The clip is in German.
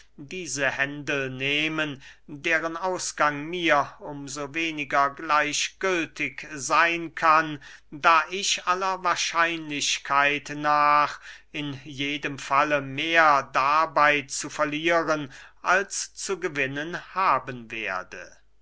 diese händel nehmen deren ausgang mir um so weniger gleichgültig seyn kann da ich aller wahrscheinlichkeit nach in jedem falle mehr dabey zu verlieren als zu gewinnen haben werde